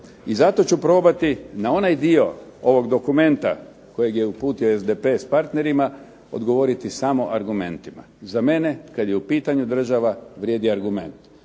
I zato ću probati na onaj dio ovog dokumenta kojeg je uputio SDP s partnerima odgovoriti samo argumentima. Za mene kad je u pitanju država vrijedi argument.